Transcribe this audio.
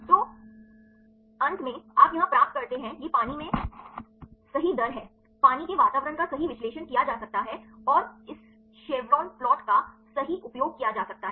तो अंत में आप यहां प्राप्त करते हैं यह पानी में सही दर है पानी के वातावरण का सही विश्लेषण किया जा सकता है और इस शेवरॉन प्लॉट का सही उपयोग किया जा सकता है